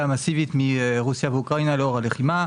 מסיבית מרוסיה ואוקראינה לאור הלחימה.